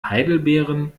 heidelbeeren